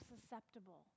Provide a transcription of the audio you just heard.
susceptible